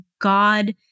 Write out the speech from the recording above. God